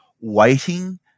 waiting